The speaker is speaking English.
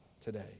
today